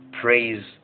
Praise